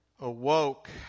awoke